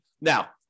Now